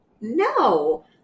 no